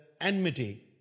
enmity